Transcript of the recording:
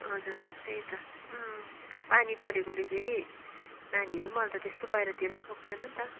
हजुर त्यही त पानी परेकोले फेरि नानीहरू पनि अहिले त त्यस्तो बाहिरतिर पनि गएको छैन नि त